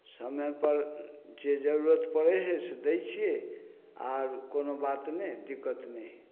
समय पर जे जरुरत पड़ैत हय से दै छियै आर कोनो बात नहि दिक्कत नहि हय